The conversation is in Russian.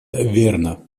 верно